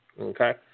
Okay